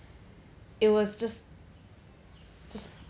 it was just just